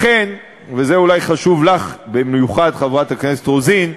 לכן, וזה אולי חשוב לך במיוחד, חברת הכנסת רוזין,